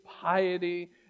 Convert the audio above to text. piety